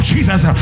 Jesus